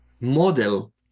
model